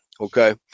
Okay